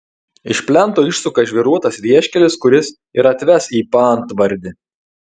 iš plento išsuka žvyruotas vieškelis kuris ir atves į paantvardį